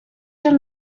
your